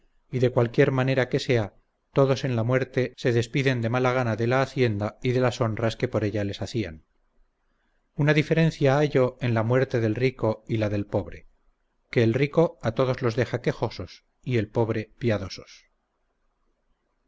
y de cualquier manera que sea todos en la muerte se despiden de mala gana de la hacienda y de las honras que por ella les hacían una diferencia hallo en la muerte del rico y la del pobre que el rico a todos los deja quejosos y el pobre piadosos